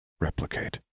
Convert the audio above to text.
Replicate